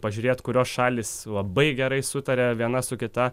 pažiūrėt kurios šalys labai gerai sutaria viena su kita